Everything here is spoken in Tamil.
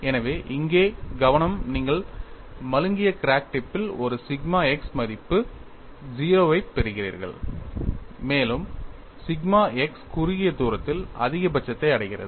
எனவே இங்கே கவனம் நீங்கள் மழுங்கிய கிராக் டிப் பில் ஒரு சிக்மா x மதிப்பு 0 ஐப் பெறுகிறீர்கள் மேலும் சிக்மா x குறுகிய தூரத்தில் அதிகபட்சத்தை அடைகிறது